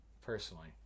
personally